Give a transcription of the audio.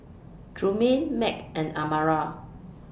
Trumaine Mack and Amara